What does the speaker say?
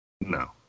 No